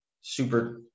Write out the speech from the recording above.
super